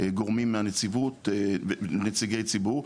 גורמים מהנציבות ונציגי ציבור,